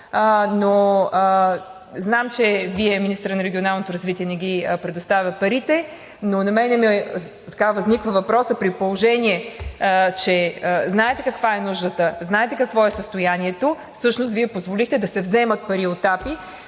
Знам, че Вие, министърът на регионалното развитие, не предоставя парите, но в мен възниква въпросът – при положение че знаете каква е нуждата, знаете какво е състоянието, всъщност Вие позволихте да се вземат пари от АПИ,